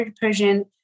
Persian